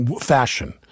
fashion